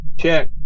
Check